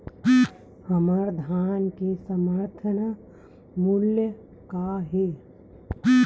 हमर धान के समर्थन मूल्य का हे?